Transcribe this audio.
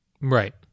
Right